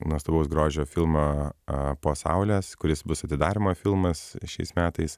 nuostabaus grožio filmą po saulės kuris bus atidarymo filmas šiais metais